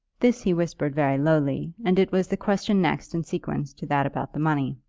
this he whispered very lowly, and it was the question next in sequence to that about the money.